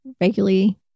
regularly